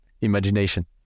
imagination